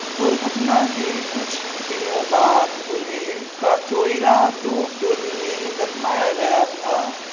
दुर्घटना के कुछ दिनों बाद उन्हें काचोइरा डो सुल में दफ़नाया गया था